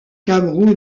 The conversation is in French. cameroun